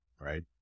right